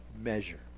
measure